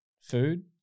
food